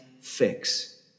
fix